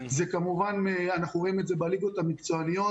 כמובן אנחנו רואים את זה בליגות המקצועיות,